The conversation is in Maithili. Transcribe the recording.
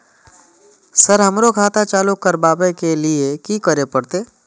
सर हमरो खाता चालू करबाबे के ली ये की करें परते?